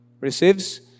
receives